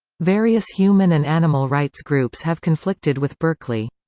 various human and animal rights groups have conflicted with berkeley.